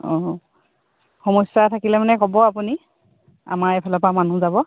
অঁ সমস্যা থাকিলে মানে ক'ব আপুনি আমাৰ এইফালৰপৰা মানুহ যাব